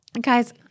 Guys